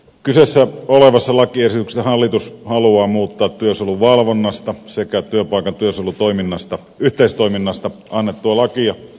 kyseessä olevassa lakiesityksessä hallitus haluaa muuttaa työsuojeluvalvonnasta sekä työpaikan työsuojeluyhteistoiminnasta annettua lakia